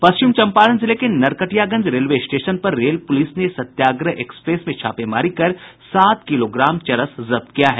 पश्चिम चंपारण जिले के Narkatiaganj railway station पर रेल पुलिस ने सत्याग्रह एक्सप्रेस में छापेमारी कर सात किलोग्राम चरस जब्त किया है